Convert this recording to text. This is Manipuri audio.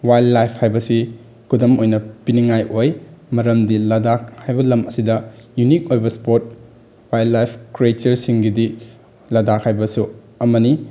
ꯋꯥꯏꯜ ꯂꯥꯏꯐ ꯍꯥꯏꯕꯁꯤ ꯈꯨꯗꯝ ꯑꯣꯏꯅ ꯄꯤꯅꯤꯡꯉꯥꯏ ꯑꯣꯏ ꯃꯔꯝꯗꯤ ꯂꯗꯥꯛ ꯍꯥꯏꯕ ꯂꯝ ꯑꯁꯤꯗ ꯌꯨꯅꯤꯛ ꯑꯣꯏꯕ ꯏꯁꯄꯣꯠ ꯋꯥꯏꯜ ꯂꯥꯏꯐ ꯀ꯭ꯔꯦꯆꯔꯁꯤꯡꯒꯤꯗꯤ ꯂꯗꯥꯛ ꯍꯥꯏꯕꯁꯨ ꯑꯃꯅꯤ